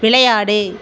விளையாடு